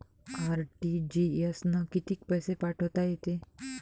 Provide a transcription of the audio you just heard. RTGS न कितीक पैसे पाठवता येते?